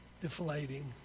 deflating